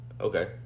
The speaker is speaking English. Okay